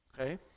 Okay